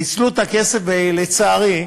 ניצלו את הכסף, ולצערי,